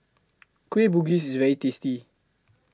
Kueh Bugis IS very tasty